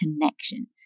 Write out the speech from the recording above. connection